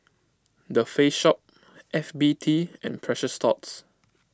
the Face Shop F B T and Precious Thots